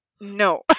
no